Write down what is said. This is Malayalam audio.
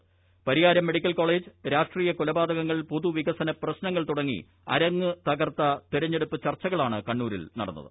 ്പരിയാരം മെഡിക്കൽ കോളേജ് രാഷ്ട്രീയ കൊലപാതക്ങ്ങൾ പൊതു വികസന പ്രശ്നങ്ങൾ തുടങ്ങി അരങ്ങു തകർത്ത തെരഞ്ഞെടുപ്പ് ചർച്ചകളാണ് കണ്ണൂരിൽ നടന്നത്